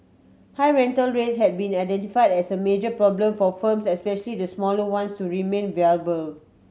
high rental rates have been identified as a major problem for firms especially the smaller ones to remain viable